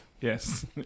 Yes